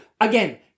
again